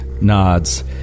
nods